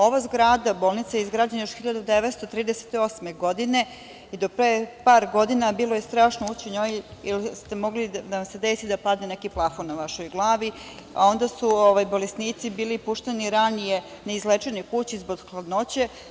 Ova zgrada bolnice je izgrađena još 1938. godine i do par godina bilo je strašno ući u nju jer je moglo da vam se desi da padne neki plafon na vašu glavu, a onda su bolesnici bili pušteni ranije na lečenje kući zbog hladnoće.